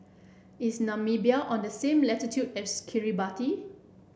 is Namibia on the same latitude as Kiribati